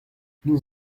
nous